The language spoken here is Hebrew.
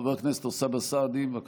חבר הכנסת אוסאמה סעדי, בבקשה.